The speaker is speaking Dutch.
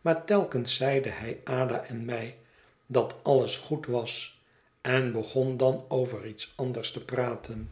maar telkens zeide hij ada en mij dat alles goed was en begon dan over iets anders te praten